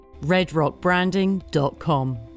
RedRockBranding.com